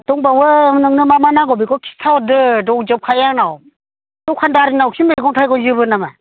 दंबावो नोंनो मा मा नांगौ बेखौ खिथाहरदो दंजोबखायो आंनाव दखानदारनावखि मैगं थाइगं जोबो नामा